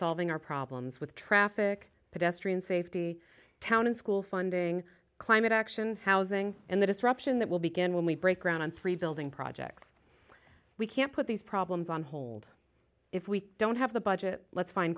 solving our problems with traffic pedestrian safety town and school funding climate action housing and the disruption that will begin when we break ground on three building projects we can't put these problems on hold if we don't have the budget let's find